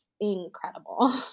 incredible